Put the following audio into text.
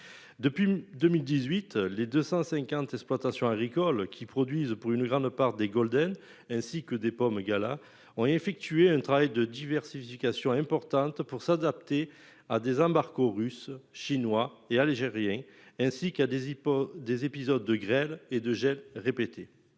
Depuis 2018, les 250 exploitations agricoles qui produisent pour une grande part des Golden ainsi que des pommes Gala ont effectué un travail de diversification importante pour s'adapter à des embargos russes, chinois et algérien ainsi qu'à des iPod des épisodes de grêle et de gel répéter.